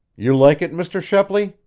you like it, mr. shepley?